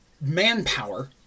manpower